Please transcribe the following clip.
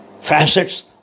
facets